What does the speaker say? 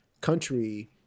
country